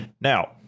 now